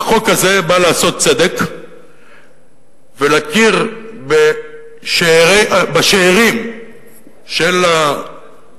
החוק הזה בא לעשות צדק ולהכיר בשאירים של הנפטר,